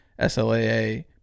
SLAA